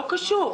לא קשור.